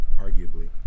arguably